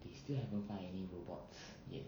they still haven't find any robots yet